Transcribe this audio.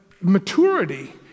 maturity